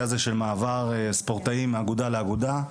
הזה של מעבר ספורטאים מאגודה לאגודה,